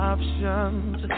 Options